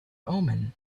omen